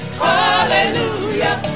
hallelujah